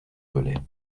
velay